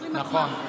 השוטרים עצמם,